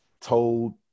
told